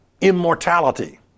immortality